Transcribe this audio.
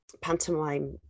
pantomime